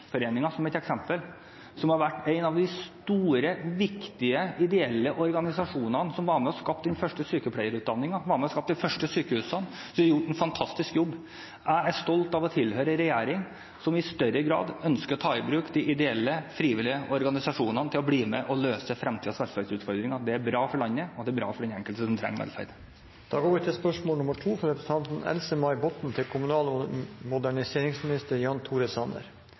som et eksempel, som har vært en av de store, viktige ideelle organisasjonene som var med og skapte den første sykepleierutdanningen, som var med og skapte de første sykehusene. De har gjort en fantastisk jobb. Jeg er stolt av å tilhøre en regjering som i større grad ønsker å ta i bruk de ideelle, frivillige organisasjonene til å bli med og løse fremtidens velferdsutfordringer. Det er bra for landet, og det er bra for den enkelte som trenger velferd. Vi går da tilbake til spørsmål